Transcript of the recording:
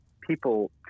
people